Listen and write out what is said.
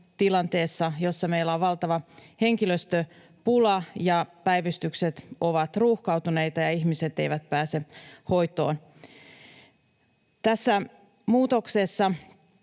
tilanteessa, jossa meillä on valtava henkilöstöpula, päivystykset ovat ruuhkautuneita ja ihmiset eivät pääse hoitoon. Tässä muutoksessa